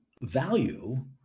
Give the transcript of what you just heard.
value